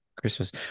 Christmas